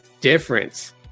difference